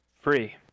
free